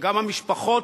שגם המשפחות,